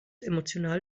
emotional